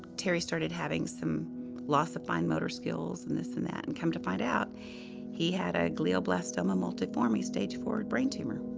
terry started having some loss of fine motor skills, and this and that, and come to find out he had a glioblastoma multiforme, stage four brain tumor,